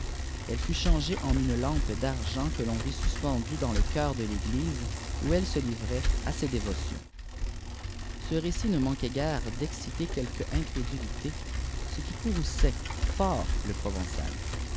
elle fut changée en une lampe d'aient que l'on vit suspendue dans le chœur oe l'église où eue se livrait à ses dévotions ce récit ne manquait guère d'exciter queloue incrédulité ce qui courouçait fort le provençal